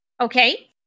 Okay